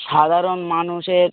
সাধারণ মানুষের